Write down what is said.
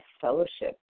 fellowship